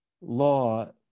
law